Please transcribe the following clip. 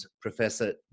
Professor